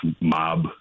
mob